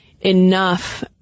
Enough